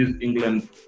England